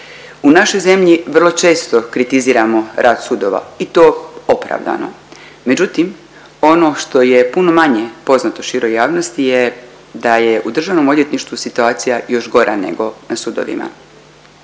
U našoj zemlji vrlo često kritiziramo rad sudova i to opravdano, međutim ono što je puno manje poznato široj javnosti je da je u državnom odvjetništvu situacija još gora nego na sudovima.